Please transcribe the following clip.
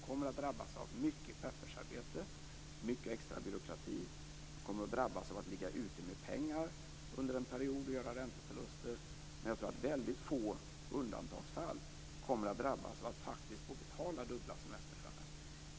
De kommer att drabbas av mycket pappersarbete, mycket extra byråkrati och de kommer att drabbas av att ligga ute med pengar och göra ränteförluster. Men jag tror att det kommer att vara få undantagsfall som kommer att drabbas av att betala ut dubbla semesterlöner.